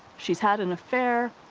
she's had an affair,